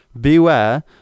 Beware